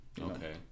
Okay